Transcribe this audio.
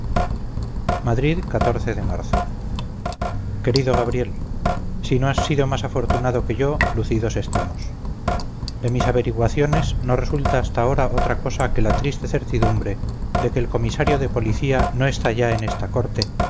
madrid de marzo querido gabriel si no has sido más afortunado que yo lucidos estamos de mis averiguaciones no resulta hasta ahora otra cosa que la triste certidumbre de que el comisario de policía no está ya en esta corte